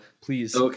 please